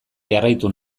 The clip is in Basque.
jarraitu